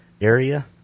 area